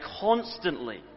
constantly